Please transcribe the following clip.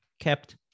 kept